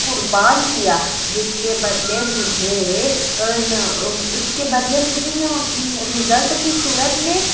قربان کیا جس کے بدلے مجھے ان اس کے بدلے مجھے نا رزلٹ کی صورت میں